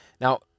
Now